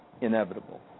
inevitable